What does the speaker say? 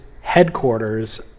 headquarters